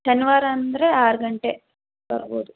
ಶನಿವಾರಾಂದರೆ ಆರು ಗಂಟೆ ಬರ್ಬೋದು